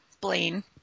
Blaine